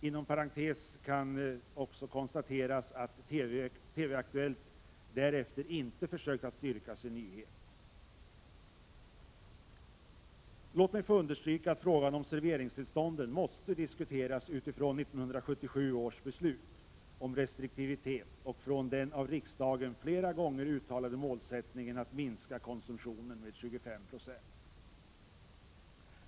Inom parentes kan också konstateras att TV-Aktuellt inte därefter närmare försökt att styrka sin nyhet. Låt mig få understryka att frågan om serveringstillstånden måste diskuteras utifrån 1977 års beslut om restriktivitet och från den av riksdagen flera gånger uttalade målsättningen att minska konsumtionen med 25 Yo.